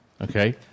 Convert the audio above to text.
okay